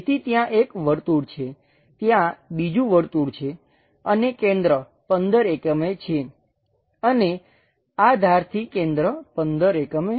તેથી ત્યાં એક વર્તુળ છે ત્યાં બીજું વર્તુળ છે અને કેન્દ્ર 15 એકમે છે અને આ ધારથી કેન્દ્ર 15 એકમ છે